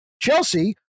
Chelsea